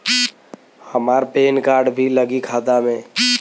हमार PAN card भी लगी खाता में?